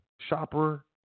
Shopper